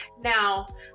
Now